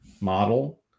model